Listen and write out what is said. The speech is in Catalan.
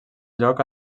lloc